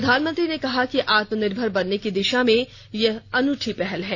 प्रधानमंत्री ने कहा कि आत्मनिर्भर बनने की दिशा में यह अनूठी पहल है